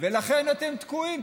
ולכן אתם תקועים.